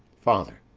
father.